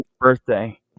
birthday